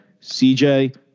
CJ